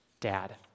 dad